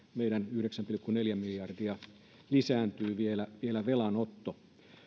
yhdeksän pilkku neljä miljardia vielä lisääntyy meidän velanotto